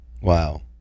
Wow